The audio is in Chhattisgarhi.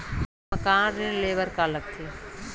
मकान ऋण ले बर का का लगथे?